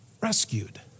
Rescued